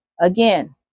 Again